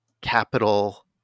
capital